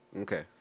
Okay